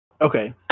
Okay